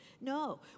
No